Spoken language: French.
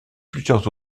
plusieurs